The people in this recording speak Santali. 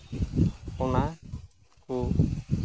ᱚᱱᱟ ᱠᱚ